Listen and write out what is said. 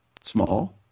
small